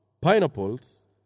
pineapples